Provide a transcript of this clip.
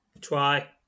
try